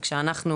וכשאנחנו